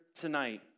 tonight